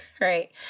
right